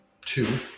two